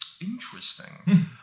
Interesting